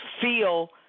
feel